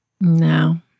No